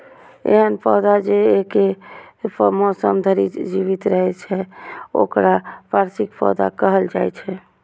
एहन पौधा जे एके मौसम धरि जीवित रहै छै, ओकरा वार्षिक पौधा कहल जाइ छै